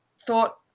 thought